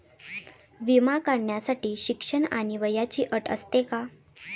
विमा काढण्यासाठी शिक्षण आणि वयाची अट असते का?